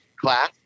class